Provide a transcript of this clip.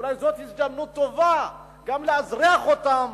אולי זאת הזדמנות טובה לאזרח אותם,